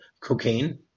Cocaine